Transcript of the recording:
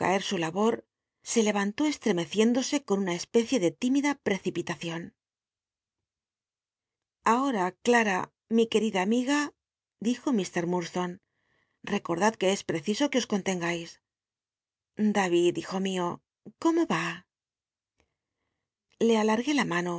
su labor se lcyantó csll'cmeciéndosc con tma especie de tímida precipitacion ah ora clara mi querida amiga dijo m ulo recordad c ue es peciso que os contengais david hijo mio có mo ni le nimgué la mano